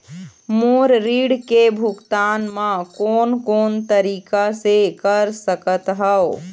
मोर ऋण के भुगतान म कोन कोन तरीका से कर सकत हव?